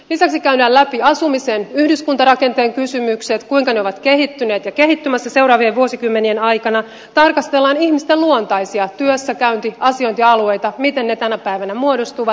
lisäksi käydään läpi asumisen yhdyskuntarakenteen kysymykset kuinka ne ovat kehittyneet ja kehittymässä seuraavien vuosikymmenien aikana tarkastellaan ihmisten luontaisia työssäkäynti asiointialueita miten ne tänä päivänä muodostuvat